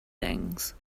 things